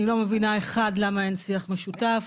אני לא מבינה אחת - למה אין שיח משותף,